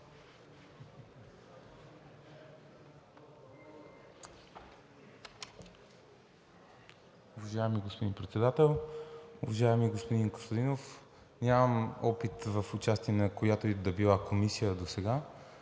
Уважаеми господин Председател, уважаеми господин Костадинов! Нямам опит от участие в която и да била комисия досега,